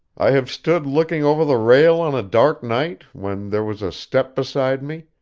i have stood looking over the rail on a dark night, when there was a step beside me,